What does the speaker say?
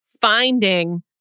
finding